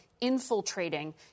infiltrating